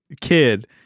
kid